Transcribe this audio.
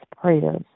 prayers